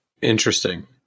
Interesting